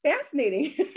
fascinating